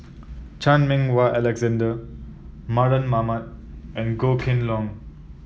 Chan Meng Wah Alexander Mardan Mamat and Goh Kheng Long